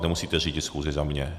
Nemusíte řídit schůzi za mě.